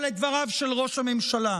או לדבריו של ראש הממשלה.